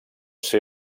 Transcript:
ser